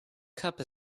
cup